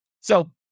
So-